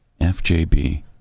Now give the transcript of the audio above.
FJB